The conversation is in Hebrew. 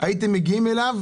הייתם מגיעים אליו